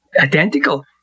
identical